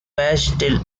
biased